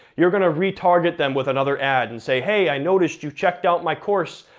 you're gonna re-target them with another ad, and say, hey, i noticed you checked out my course,